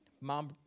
mom